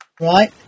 Right